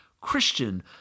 Christian